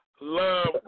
Love